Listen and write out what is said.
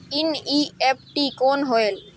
NEFT कौन होएल?